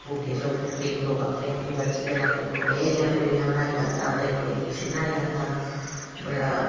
भुग्गे च फ्ही ओह् केईं लोक अपनी अपनी मर्जी कन्नै कोई खोऐ दियां पेड़ियां बनाई लैंदा ते कोई किश बनाई लैंदा बड़ा